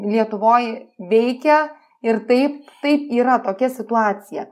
lietuvoj veikia ir taip taip yra tokia situacija